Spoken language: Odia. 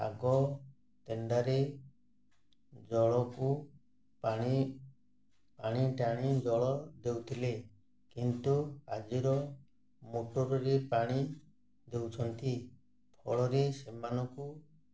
ଆଗ ତେଣ୍ଡାରେ ଜଳକୁ ପାଣି ପାଣି ଟାଣି ଜଳ ଦେଉଥିଲେ କିନ୍ତୁ ଆଜିର ମୋଟର୍ରେ ପାଣି ଦେଉଛନ୍ତି ଫଳରେ ସେମାନଙ୍କୁ